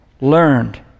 learned